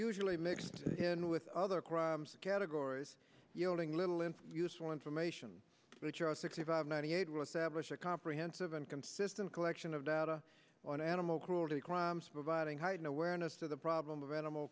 usually mixed in with other crimes categories yielding little in useful information which are sixty five ninety eight will establish a comprehensive and consistent collection of data on animal cruelty crimes providing heighten awareness of the problem of animal